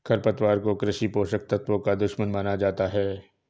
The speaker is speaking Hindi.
खरपतवार को कृषि पोषक तत्वों का दुश्मन माना जाता है